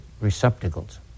receptacles